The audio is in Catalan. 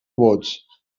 vots